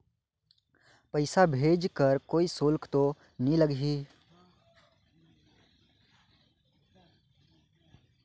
पइसा भेज कर कोई शुल्क तो नी लगही?